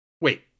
Wait